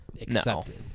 accepted